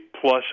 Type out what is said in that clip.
Plus